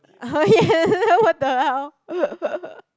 what the hell